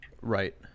Right